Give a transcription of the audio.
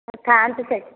ଥାଆନ୍ତୁ ସେଇଠି